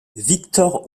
victor